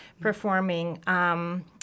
performing